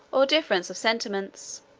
or difference of sentiments.